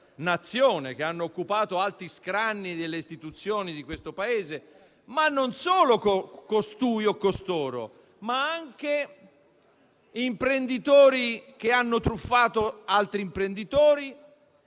che hanno occupato alti scranni delle istituzioni di questo Paese. Ma non si tratta solo di costui o costoro; anche imprenditori che hanno truffato altri imprenditori,